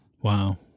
Wow